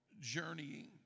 journeying